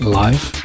life